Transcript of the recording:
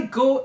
go